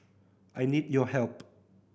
I need your help